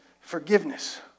forgiveness